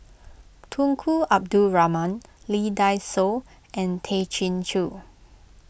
Tunku Abdul Rahman Lee Dai Soh and Tay Chin Joo